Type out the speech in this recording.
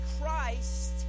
Christ